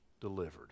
delivered